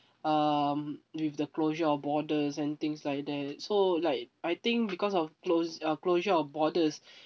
um with the closure of borders and things like that so like I think because of clos~ uh closure of borders